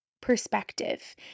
perspective